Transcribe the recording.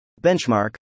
Benchmark